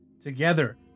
together